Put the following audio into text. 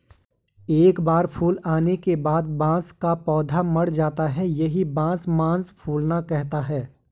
एक बार फूल आने के बाद बांस का पौधा मर जाता है यही बांस मांस फूलना कहलाता है